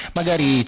magari